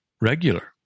regular